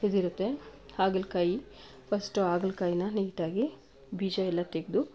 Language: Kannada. ಇದಿರುತ್ತೆ ಹಾಗಲಕಾಯಿ ಫಸ್ಟು ಹಾಗಲಕಾಯಿನ ನೀಟಾಗಿ ಬೀಜ ಎಲ್ಲ ತೆಗೆದು